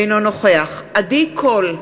אינו נוכח עדי קול,